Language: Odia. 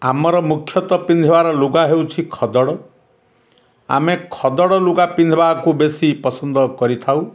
ଆମର ମୁଖ୍ୟତଃ ପିନ୍ଧିବାର ଲୁଗା ହେଉଛି ଖଦଡ଼ ଆମେ ଖଦଡ଼ ଲୁଗା ପିନ୍ଧିବାକୁ ବେଶୀ ପସନ୍ଦ କରିଥାଉ